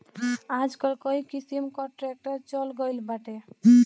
आजकल कई किसिम कअ ट्रैक्टर चल गइल बाटे